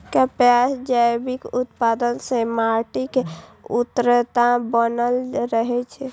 कपासक जैविक उत्पादन सं माटिक उर्वरता बनल रहै छै